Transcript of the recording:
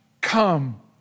come